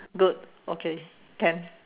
good okay can